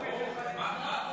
ברור, מה אתה